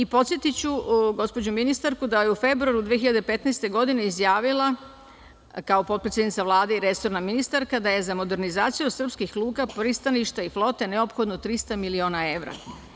Podsetiću gospođu ministarku da je u februaru 2015. godine izjavila, kao potpredsednica Vlade i resorna ministarka da je za modernizaciju srpskih luka, pristaništa i flote neophodno 300 miliona evra.